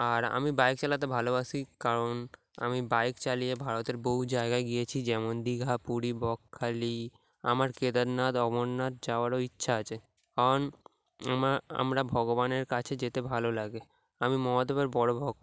আর আমি বাইক চালাতে ভালোবাসি কারণ আমি বাইক চালিয়ে ভারতের বহু জায়গায় গিয়েছি যেমন দীঘা পুরি বকখালি আমার কেদারনাথ অমরনাথ যাওয়ারও ইচ্ছা আছে কারণ আমার আমরা ভগবানের কাছে যেতে ভালো লাগে আমি মহাদেবের বড়ো ভক্ত